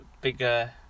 bigger